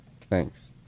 thanks